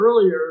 earlier